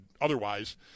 otherwise